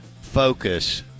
focus